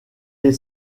est